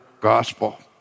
gospel